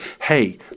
hey